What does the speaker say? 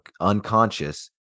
unconscious